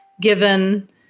given